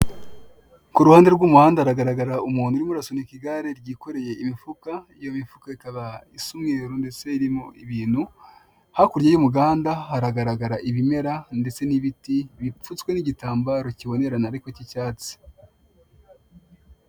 Ku ruhande rw'umuhanda haragaragara umuntu urimo urasunika igare ryikoreye imifuka, iyo mifuka ikaba isa umweru ndatse irimo ibintu, hakurya y'uruganda haragaragara ibimera ndetse n'ibiti bipfutswe n'igitambaro kibonarena ariko cy'icyatsi.